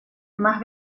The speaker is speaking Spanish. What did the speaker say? más